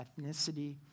ethnicity